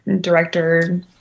director